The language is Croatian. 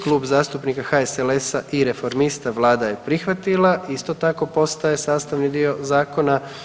Kluba zastupnika HSLS-a i reformista Vlada je prihvatila, isto tako, postaje sastavni dio Zakona.